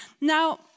Now